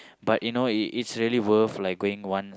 but you know it it's really worth like going one